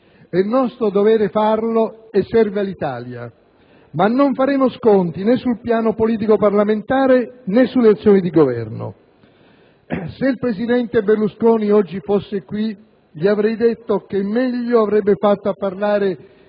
è nostro dovere farlo e serve all'Italia. Ma non faremo sconti, né sul piano politico parlamentare, né sulle azioni di Governo. Se il presidente Berlusconi oggi fosse qui, gli avrei detto che meglio avrebbe fatto a parlare